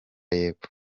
y’epfo